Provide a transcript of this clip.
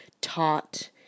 taught